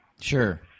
Sure